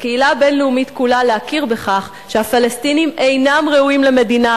לקהילה הבין-לאומית כולה להכיר בכך שהפלסטינים אינם ראויים למדינה,